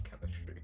chemistry